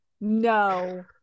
No